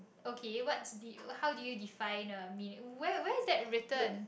okay what's the how do you define the meaning where where is that written